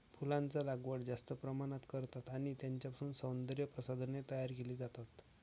फुलांचा लागवड जास्त प्रमाणात करतात आणि त्यांच्यापासून सौंदर्य प्रसाधने तयार केली जातात